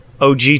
og